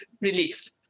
relief